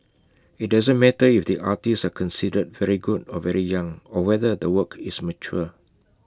IT doesn't matter if the artists are considered very good or very young or whether the work is mature